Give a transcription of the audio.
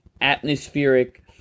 atmospheric